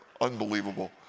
unbelievable